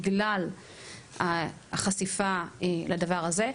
בגלל החשיפה לדבר הזה.